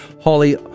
Holly